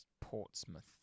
Portsmouth